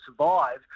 survive